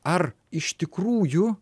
ar iš tikrųjų